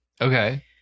Okay